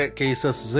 cases